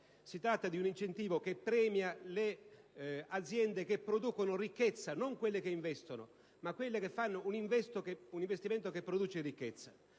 Paese). È un incentivo che premia le aziende che producono ricchezza: non quelle che investono, ma quelle che fanno un investimento che produce ricchezza.